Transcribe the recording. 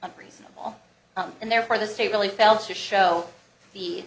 unreasonable and therefore the state really fails to show the